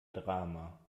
drama